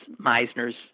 Meisner's